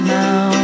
now